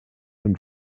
und